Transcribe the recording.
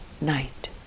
night